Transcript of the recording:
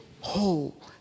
whole